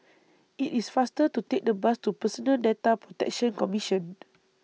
IT IS faster to Take The Bus to Personal Data Protection Commission